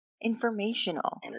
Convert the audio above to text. informational